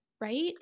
right